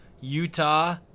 Utah